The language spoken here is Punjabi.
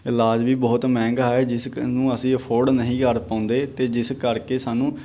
ਇਲਾਜ ਵੀ ਬਹੁਤ ਮਹਿੰਗਾ ਹੈ ਜਿਸ ਨੂੰ ਅਸੀਂ ਅਫੋਰਡ ਨਹੀਂ ਕਰ ਪਾਉਂਦੇ ਅਤੇ ਜਿਸ ਕਰਕੇ ਸਾਨੂੰ